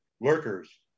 lurkers